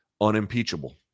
unimpeachable